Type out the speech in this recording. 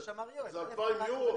זה עולה 2,000 יורו?